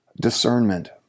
discernment